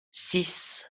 six